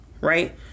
right